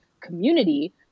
community